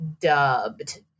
dubbed